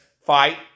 fight